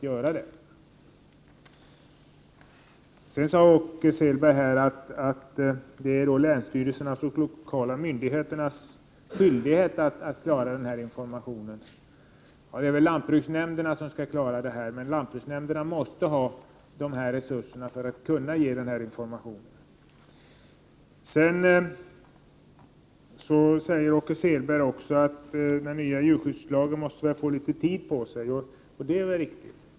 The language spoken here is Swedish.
Åke Selberg säger att länsstyrelserna och de lokala myndigheterna själva skall klara informationen. Det är väl lantbruksnämnderna som skall göra det, men de måste få resurser för det. Vidare säger Åke Selberg att den nya djurskyddslagen måste få tid på sig. Det är riktigt.